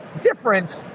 different